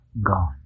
gone